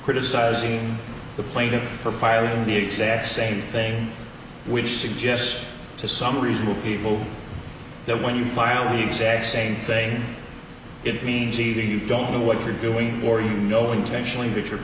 criticizing the plaintiff for filing the exact same thing which suggests to some reasonable people that when you file the exact same thing it means either you don't know what you're doing or you know intentionally which ar